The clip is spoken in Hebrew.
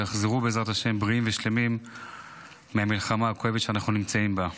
שיחזרו בעזרת השם בריאים ושלמים מהמלחמה הכואבת שאנחנו נמצאים בה.